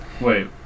wait